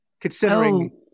Considering